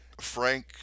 Frank